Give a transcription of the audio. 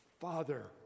Father